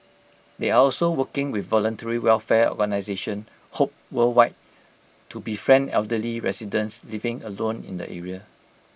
they are also working with voluntary welfare organisation hope worldwide to befriend elderly residents living alone in the area